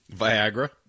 Viagra